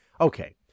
Okay